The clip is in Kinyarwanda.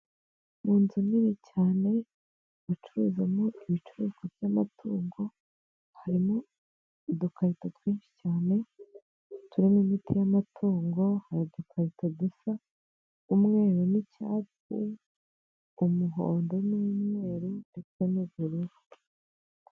Mu nzu nini cyane bacururizamo ibicuruzwa by'amatungo harimo udukarito twinshi cyane turimo imiti y'amatungo, hari udukarito dusa umweru n'icyatsi, umuhondo n'umweru ndetse n'ubururu.